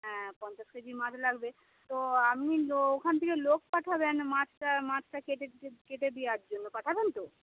হ্যাঁ পঞ্চাশ কেজি মাছ লাগবে তো আপনি ওখান থেকে লোক পাঠাবেন মাছটা মাছটা কেটে কেটে দেওয়ার জন্য পাঠাবেন তো